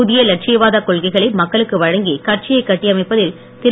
புதிய லட்சியவாத கொள்கைகளை மக்களுக்கு வழங்கி கட்சியை கட்டியமைப்பதில் திரு